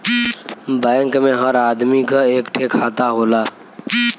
bank मे हर आदमी क एक ठे खाता होला